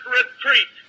retreat